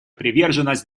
приверженность